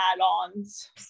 add-ons